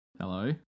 hello